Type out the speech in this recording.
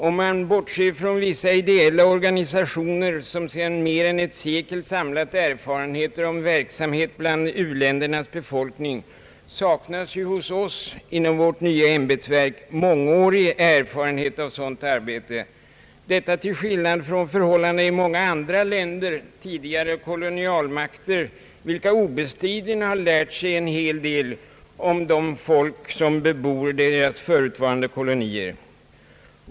Om man bortser från vissa ideella organisationer, som sedån mer än ett sekel samlat erfarenheter om verksamhet bland u-ländernas befolkning, saknas ju hos oss inom vårt nya ämbetsverk mångårig erfarenhet av sådant arbete till skillnad från förhållandena i många andra länder, tidigare kolonialmakter, vilka obestridligen lärt sig en hel del om de folk som bebor deras förutvarande kolonier.